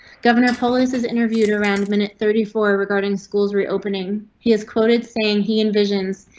governor polinices interviewed around minute thirty four regarding schools reopening. he is quoted saying he envisions.